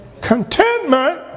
contentment